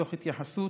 תוך התייחסות